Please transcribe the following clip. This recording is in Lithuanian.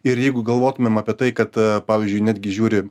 ir jeigu galvotumėm apie tai kad pavyzdžiui netgi žiūri